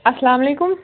اَسلام علیکُم